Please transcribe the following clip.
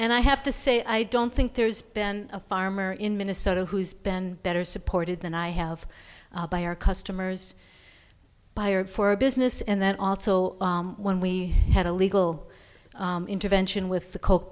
and i have to say i don't think there's been a farmer in minnesota who's been better supported than i have by our customers byard for business and then also when we had a legal intervention with the